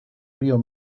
río